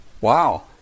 Wow